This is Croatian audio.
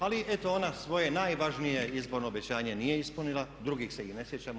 Ali eto ona svoje najvažnije izborno obećanje nije ispunila, drugih se i ne sjećamo.